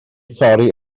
thorri